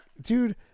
dude